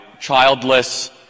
childless